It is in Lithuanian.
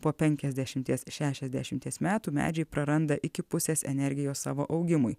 po penkiasdešimties šešiasdešimties metų medžiai praranda iki pusės energijos savo augimui